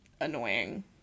annoying